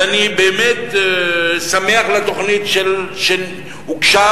ואני באמת שמח על התוכנית שהוגשה,